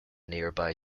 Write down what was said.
nearby